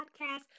Podcast